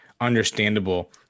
understandable